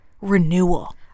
renewal